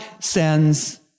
sends